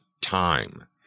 time